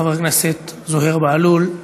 חבר הכנסת זוהיר בהלול,